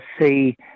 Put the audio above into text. see